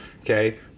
Okay